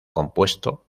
compuesto